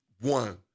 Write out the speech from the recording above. one